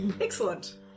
excellent